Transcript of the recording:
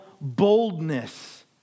boldness